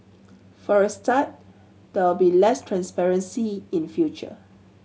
for a start there will be less transparency in future